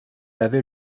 avait